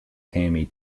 tammy